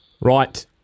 Right